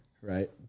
right